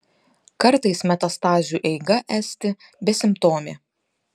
kartais metastazių eiga esti besimptomė